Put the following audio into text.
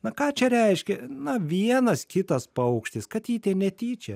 na ką čia reiškia na vienas kitas paukštis katytė netyčia